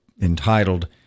entitled